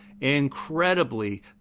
incredibly